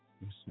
Yes